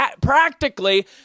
practically